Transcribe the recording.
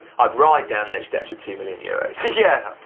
i'd ride down those steps for two million euros. yeah,